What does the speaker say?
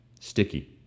Sticky